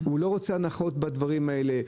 הוא לא רוצה הנחות בדברים האלה.